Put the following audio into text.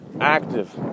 active